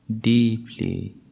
deeply